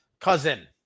Cousin